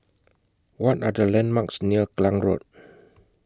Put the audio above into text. What Are The landmarks near Klang Road